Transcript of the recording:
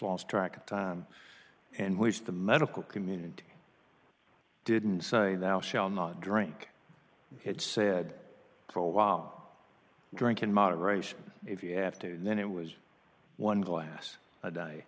lost track of time and wish the medical community didn't say thou shall not drink it said for a while drink in moderation if you have to then it was one glass a day